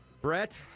Brett